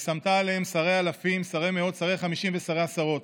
"ושמת עלהם שרי אלפים שרי מאות שרי חמשים ושרי עֲשָׂרֹת.